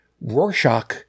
Rorschach